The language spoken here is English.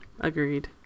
Agreed